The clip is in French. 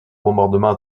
bombardements